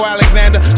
Alexander